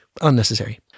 unnecessary